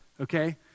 okay